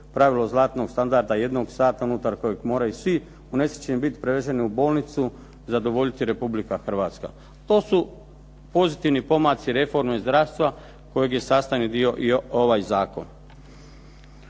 pravilo zlatnog standarda jednog sada unutar kojeg moraju svi unesrećeni biti preveženi u bolnicu zadovoljiti Republika Hrvatska. To su pozitivni pomaci reforme zdravstva kojeg je sastavni dio i ovaj zakon.